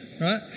right